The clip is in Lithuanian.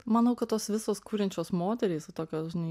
manau kad tos visos kuriančios moterys tokios žinai